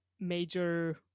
major